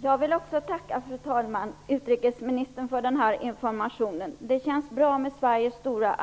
Fru talman! Jag tackar också utrikesministern för denna information. Det känns bra med Sveriges stora